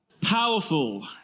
powerful